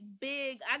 big